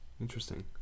Interesting